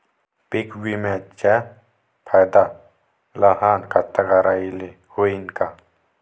पीक विम्याचा फायदा लहान कास्तकाराइले होईन का?